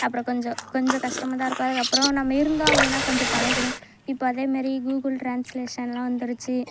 அப்புறம் கொஞ்சம் கொஞ்சம் கஷ்டமாகதான் இருக்கும் அதுக்கப்புறம் நம்ம இருந்தோம் அப்படின்னா கொஞ்சம் பழகிடும் இப்போது அதேமாரி கூகுள் ட்ரான்ஸ்லேஷன்லாம் வந்துருச்சு